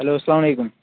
hello اسلام علیکُم